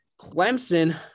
Clemson